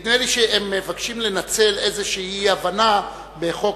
נדמה לי שהם מבקשים לנצל איזו אי-הבנה בחוק